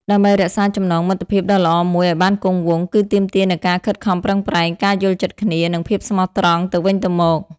ដើម្បីរក្សាចំណងមិត្តភាពដ៏ល្អមួយឱ្យបានគង់វង្ស គឺទាមទារនូវការខិតខំប្រឹងប្រែង ការយល់ចិត្តគ្នា និងភាពស្មោះត្រង់ទៅវិញទៅមក។